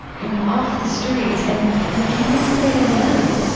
you know, off the streets. and, and mean, can you say to them,